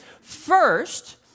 First